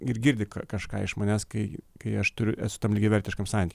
ir girdi ka kažką iš manęs kai kai aš turiu esu tam lygiavertiškam santy